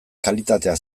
kalitatea